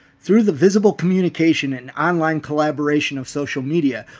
through the visible communication and online collaboration of social media,